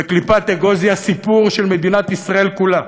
בקליפת אגוז, היא הסיפור של מדינת ישראל כולה,